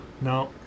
No